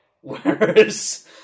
Whereas